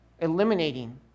eliminating